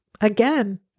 again